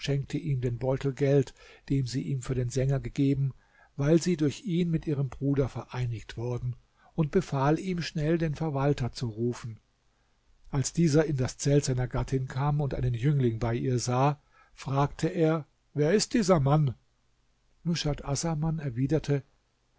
beutel geld dem sie ihm für den sänger gegeben weil sie durch ihn mit ihrem bruder vereinigt worden und befahl ihm schnell den verwalter zu rufen als dieser in das zelt seiner gattin kam und einen jüngling bei ihr sah fragte er wer ist dieser mann nushat assaman erwiderte